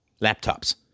laptops